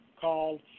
called